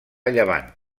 llevant